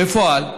בפועל,